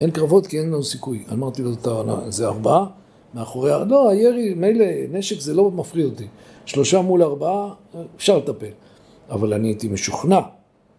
אין קרבות כי אין לנו סיכוי. אמרתי לו, זה ארבעה? מאחורי... לא, הירי, מילא הנשק זה לא מפחיד אותי. שלושה מול ארבעה, אפשר לטפל. אבל אני הייתי משוכנע.